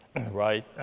right